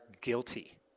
guilty